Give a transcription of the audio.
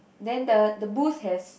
then the the booth has